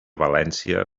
valència